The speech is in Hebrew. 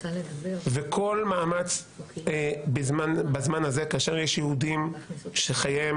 וכל מאמץ בזמן הזה כאשר יש יהודים שחייהם